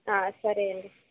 సరే అండి